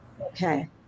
Okay